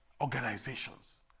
organizations